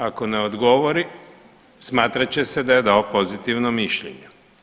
Ako ne odgovori, smatrat će se da je dao pozitivno mišljenje.